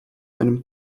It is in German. einem